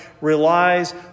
relies